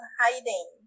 hiding